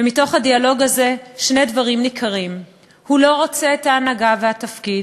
ומתוך הדיאלוג הזה שני דברים ניכרים: הוא לא רוצה את ההנהגה והתפקיד,